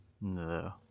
No